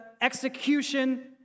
execution